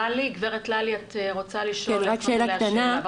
ללי את רוצה לשאול שאלה.